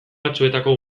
batzuetako